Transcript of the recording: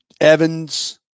Evans